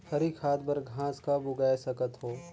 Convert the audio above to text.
हरी खाद बर घास कब उगाय सकत हो?